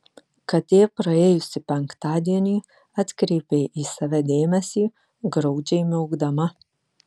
katė praėjusį penktadienį atkreipė į save dėmesį graudžiai miaukdama